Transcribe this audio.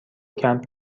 کمپ